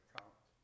count